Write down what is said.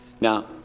Now